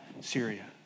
Syria